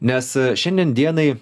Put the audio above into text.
nes šiandien dienai